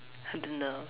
I don't know